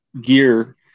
gear